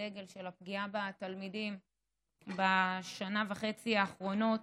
הדגל של הפגיעה בתלמידים בשנה וחצי האחרונות,